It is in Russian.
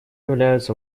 являются